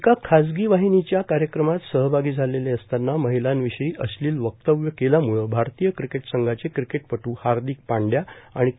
एका खाजगी वाहिनीच्या कार्यक्रमात सहभागी झालेले असतांना महिलांविषयी अश्लील वक्तव्य केल्याम्ळे भारतीय क्रिकेट संघाचे क्रिकेटपटू हार्दिक पांड्या आणि के